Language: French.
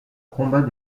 combat